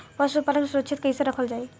पशुपालन के सुरक्षित कैसे रखल जाई?